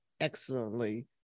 excellently